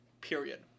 Period